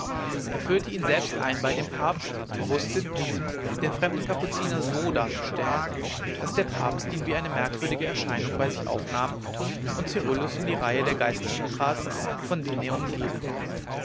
er führte ihn selbst ein bei dem papst und wußte diesem den fremden kapuziner so darzustellen daß der papst ihn wie eine merkwürdige erscheinung bei sich aufnahm und cyrillus in die reihe der geistlichen trat von denen er umgeben